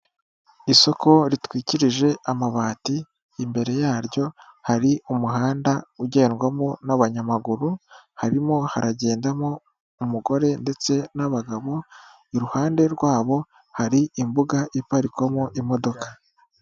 Isoko ritwikirije amabati; imbere yaryo hari umuhanda ugendwamo n'abanyamaguru, harimo haragendamo umugore ndetse n'abagabo iruhande rwabo hari imbuga iparikwamo imodoka.